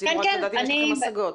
רצינו רק לדעת אם יש לכם השגות.